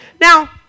Now